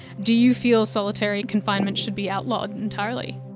do you feel solitary confinement should be outlawed entirely?